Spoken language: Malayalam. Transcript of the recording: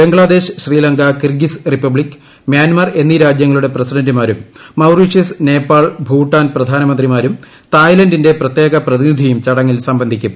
Bangladesh Sri Lanka Kyrgyz republic Myanmar എന്നീ രാജൃങ്ങളുടെ പ്രസിഡന്റുമാരും മൌറീഷ്യസ് നേപ്പാൾ ഭൂട്ടാൻ പ്രധാനമന്ത്രിമാരും തായ്ലന്റിന്റെ പ്രത്യേക പ്രതിനിധിയും ചടങ്ങിൽ സംബന്ധിക്കും